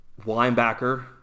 linebacker